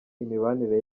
imibanire